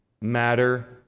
matter